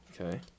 Okay